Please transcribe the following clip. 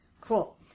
Cool